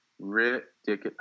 Ridiculous